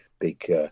big